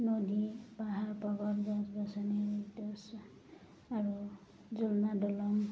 নদী পাহাৰ পৰ্বত গছ গছনি আৰু আৰু জুলনা দলং